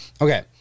Okay